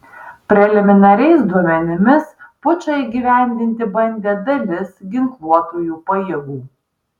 preliminariais duomenimis pučą įgyvendinti bandė dalis ginkluotųjų pajėgų